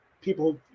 people